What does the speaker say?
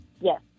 Yes